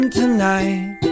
tonight